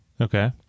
Okay